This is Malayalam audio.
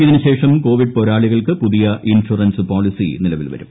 ഇതിനുശേഷം കോവിഡ് പോരാളികൾക്ക് പുതിയ ഇൻഷറൻസ് പോളിസി നിലവിൽ വരും